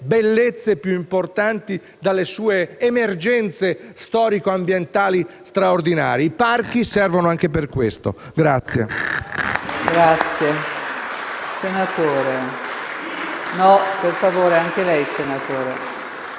bellezze più importanti, dalle sue emergenze storico-ambientali straordinarie. I parchi servono anche a questo.